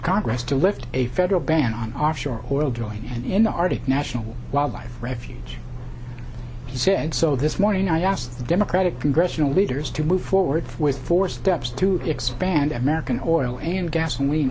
congress to lift a federal ban on offshore oil drilling and in the arctic national wildlife refuge he said so this morning i asked the democratic congressional leaders to move forward with four steps to expand american oil and gas